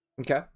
okay